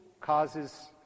causes